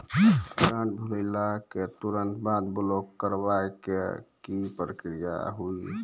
Card भुलाए के तुरंत बाद ब्लॉक करवाए के का प्रक्रिया हुई?